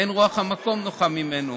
אין רוח המקום נוחה הימנו".